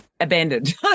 abandoned